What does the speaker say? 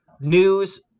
news